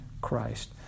Christ